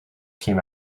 came